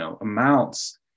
amounts